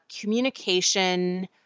communication